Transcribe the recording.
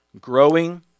growing